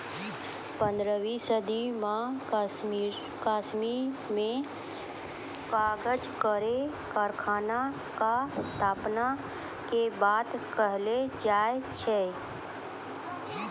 पन्द्रहवीं सदी म कश्मीर में कागज केरो कारखाना क स्थापना के बात कहलो जाय छै